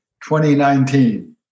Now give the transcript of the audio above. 2019